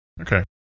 Okay